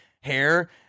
hair